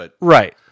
Right